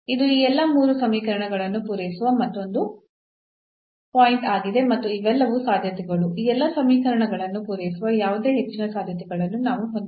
ಇದು ಈ ಎಲ್ಲಾ ಮೂರು ಸಮೀಕರಣಗಳನ್ನು ಪೂರೈಸುವ ಮತ್ತೊಂದು ಪಾಯಿಂಟ್ ಆಗಿದೆ ಮತ್ತು ಇವೆಲ್ಲವೂ ಸಾಧ್ಯತೆಗಳು ಈ ಎಲ್ಲಾ ಸಮೀಕರಣಗಳನ್ನು ಪೂರೈಸುವ ಯಾವುದೇ ಹೆಚ್ಚಿನ ಸಾಧ್ಯತೆಗಳನ್ನು ನಾವು ಹೊಂದಿಲ್ಲ